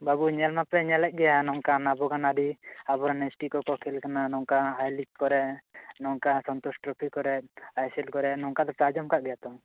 ᱵᱟᱹᱵᱩ ᱧᱮᱞ ᱢᱟᱯᱮ ᱧᱮᱞᱮᱫ ᱜᱮᱭᱟ ᱱᱚᱝᱠᱟᱱ ᱟᱵᱚ ᱜᱟᱱ ᱟᱹᱰᱤ ᱟᱵᱚᱨᱮᱱ ᱮᱥᱴᱤ ᱠᱚᱠᱚ ᱠᱷᱮᱞ ᱠᱟᱱᱟ ᱱᱚᱝᱠᱟ ᱦᱟᱭ ᱞᱤᱜᱽ ᱠᱚᱨᱮ ᱱᱚᱝᱠᱟ ᱥᱚᱱᱛᱳᱥ ᱴᱨᱚᱯᱷᱤ ᱠᱚᱨᱮ ᱟᱭᱥᱮᱞ ᱠᱚᱨᱮ ᱱᱚᱝᱠᱟ ᱫᱚᱯᱮ ᱟᱸᱡᱚᱢᱟᱠᱟᱫ ᱜᱮᱭᱟ ᱛᱚ